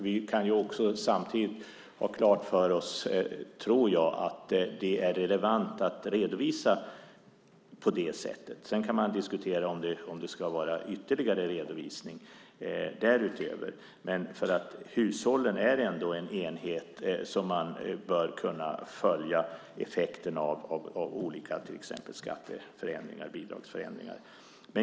Vi kan ha klart för oss, tror jag, att det är relevant att redovisa på det sättet. Man kan diskutera om det ska vara ytterligare redovisning därutöver. Men hushållen är ändå en enhet där man bör kunna följa effekten av till exempel olika skatte eller bidragsförändringar.